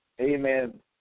Amen